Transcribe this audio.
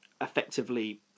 effectively